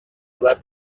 left